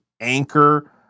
anchor